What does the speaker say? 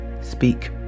Speak